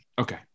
okay